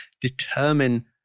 determine